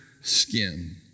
skin